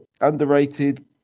underrated